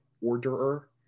orderer